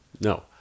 No